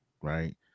right